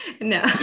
No